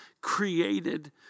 created